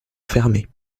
fermés